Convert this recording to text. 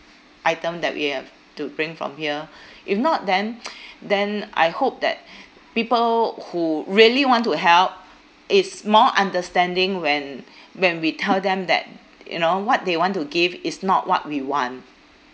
item that we have to bring from here if not then then I hope that people who really want to help is more understanding when when we tell them that you know what they want to give is not what we want